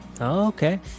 okay